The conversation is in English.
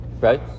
right